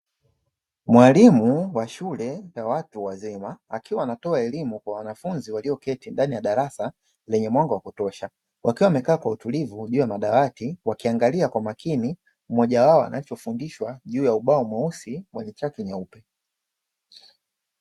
Mwalimu wa shule ya watu wazima akiwa anatoa elimu kwa wanafunzi walioketi ndani ya darasa lenye mwanga wa kutosha, wakiwa wamekaa kwa utulivu juu ya madawati wakiangalia kwa umakini mmoja wao anachofundishwa juu ya ubao mweusi wenye chaki nyeupe.